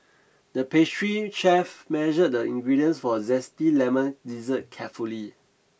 the pastry chef measured the ingredients for a zesty lemon dessert carefully